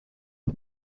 los